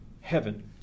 heaven